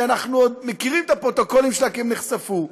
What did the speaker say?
שאנחנו מכירים את הפרוטוקולים שלה, כי הם נחשפו,